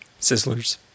sizzlers